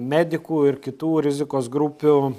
medikų ir kitų rizikos grupių